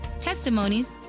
testimonies